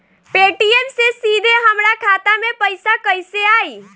Paytm से सीधे हमरा खाता मे पईसा कइसे आई?